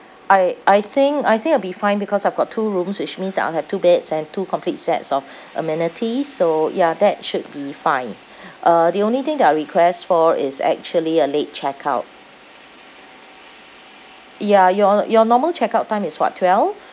I I think I think it'd be fine because I've got two rooms which means that I'll have two beds and two complete sets of amenities so ya that should be fine uh the only thing that I'll request for is actually a late check out ya your your normal check out time is what twelve